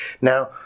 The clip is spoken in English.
Now